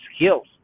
skills